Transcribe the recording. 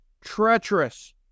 Treacherous